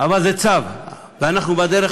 אבל זה צו, ואנחנו בדרך.